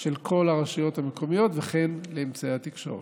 של כל הרשויות המקומיות וכן לאמצעי התקשורת.